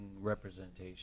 representation